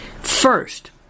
First